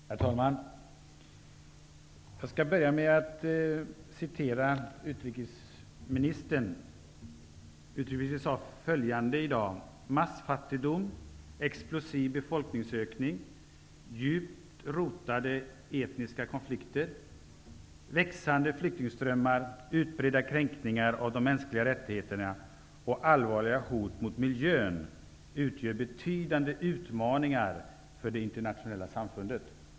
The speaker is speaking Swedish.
Herr talman! Jag skall börja med att citera utrikesministern. Hon sade i dag följande: ''Massfattigdom, explosiv befolkningsökning, djupt rotade etniska konflikter, växande flyktingströmmar, utbredda kränkningar av de mänskliga rättigheterna och allvarliga hot mot miljön utgör betydande utmaningar för det internationella samfundet.''